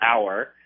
hour